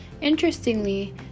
Interestingly